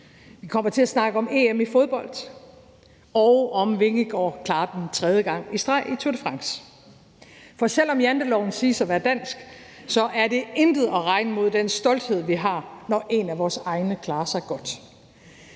Vi kommer til at snakke om EM i fodbold, og om Vingegaard klarer den tredje gang i streg i Tour de France. For selv om janteloven siges at være dansk, så er det for intet at regne mod den stolthed, vi har, når en af vores egne klarer sig godt.